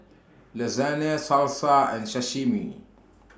Lasagne Salsa and Sashimi